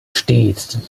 stets